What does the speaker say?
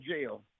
jail